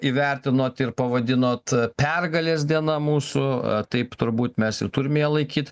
įvertinot ir pavadinot pergalės diena mūsų taip turbūt mes ir turim ją laikyt